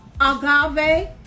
Agave